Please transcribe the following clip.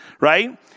right